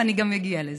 אני גם אגיע לזה.